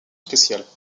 spéciale